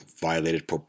violated